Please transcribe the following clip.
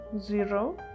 zero